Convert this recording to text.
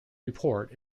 report